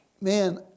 Man